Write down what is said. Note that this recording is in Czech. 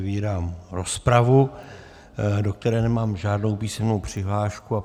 Otevírám rozpravu, do které nemám žádnou písemnou přihlášku.